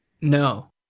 No